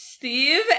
Steve